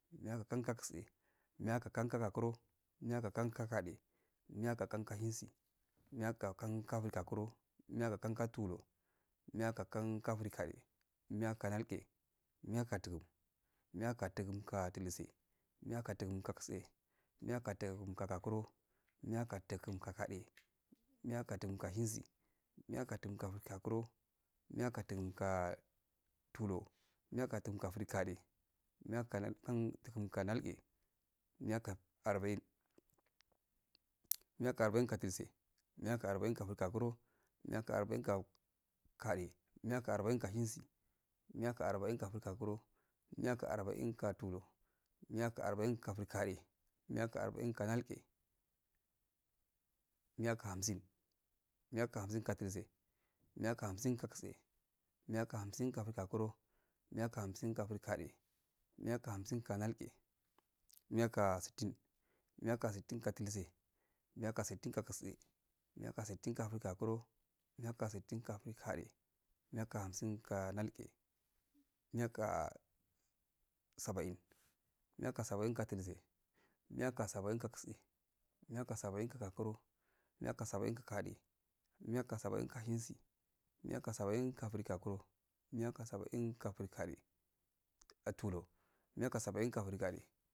Miya go kan tse, miya ga kan gakun miya go kan gade, miya ga kan shasi, miya ga kan frigatanro, miya ga kan tulur, miya go kan frigade, miya ga kan nalge miya ga dugum, miya ga dugun, ga dultse, niya ga dugum ga tse, miya ga dugum ga gokuri, miyaga dugun ga gade, miya gadagan go shien si miya ga dagum ga frikuro, miya ga dugun go tulur, miyaga dugum go frtigokuro, miya ga dugum tulur miya ya dugum ga frigade, miya ga dugum of nalge, miya kan arba'in miya ga arba in ga dultse, miya ga arba in go tse miya ga arba ‘in ga gakuro, miya ga arba'in ga gade, miya ga arba'in ga shesi, miya ga arba'in frigakuro, miya ga arba'in ga tulur, miya go arba'in ga frigade, miya ga arba'in go nalge, miya go hamsin, miya go hamsin go dulse, miya go hasm go tse, miya go hamsin go gakuro, miya go hamsin go gade, miya ga harsin go shemsi miya ga hamsin go frigakuro, miya ga hamsin go tulur, miya ga hamsin ga frigade, maye ga hamsin go nalge, miya ga sittin miya ga sittin ga dultse, miya ga sitttin go tse miya ga sittin go gakuro, miya go stiin ga gade, miya go shensi, miya sittin ga frigakuno, miya ga sittin go tulur, miya ga sittin go frigade, miya ga sttin go ndge miya go sabəin miya go saba'in ga duiltse, miya go saba'in ga tse miya ga saba'in go gakaro, miya go saba'in ga gade miya ga sabəin ga shersi miya ga saba'in go frigakuro, miya ga sabəin ga tulur, miya ga saba'in ga frigade